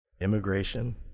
immigration